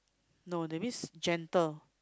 no that means gentle